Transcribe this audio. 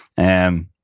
and,